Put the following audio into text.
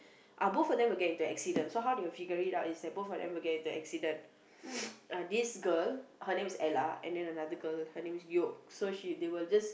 ah both of them will get into accident so how they will figure it out is that both of them will get into accident this girl her name is Ella and then another girl her name is Yoke so she they will just